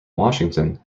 washington